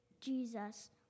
Jesus